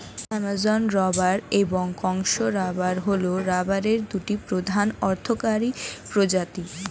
Amazon rubber এবং Congo rubber হল রাবারের দুটি প্রধান অর্থকরী প্রজাতি